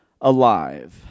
alive